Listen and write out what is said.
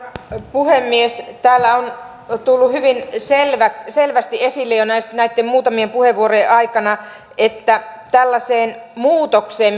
puhemies täällä on tullut hyvin selvästi esille jo näitten muutamien puheenvuorojen aikana että tällaiseen muutokseen